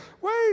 Wait